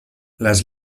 les